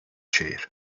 şehir